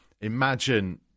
Imagine